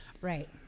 right